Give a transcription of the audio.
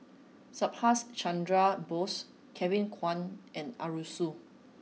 Subhas Chandra Bose Kevin Kwan and Arasu